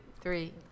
three